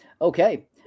okay